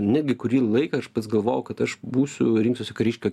netgi kurį laiką aš pats galvojau kad aš būsiu rinksiuosi kariškio